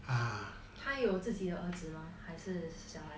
她有自己的儿子吗还是小孩